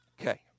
Okay